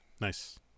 nice